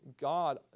God